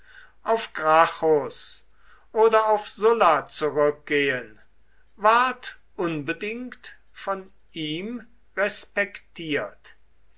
auf gracchus oder auf sulla zurückgehen ward unbedingt von ihm respektiert